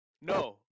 No